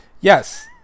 yes